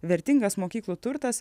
vertingas mokyklų turtas